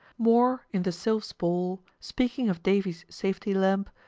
moore, in the sylph's ball, speaking of davy's safety lamp,